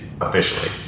officially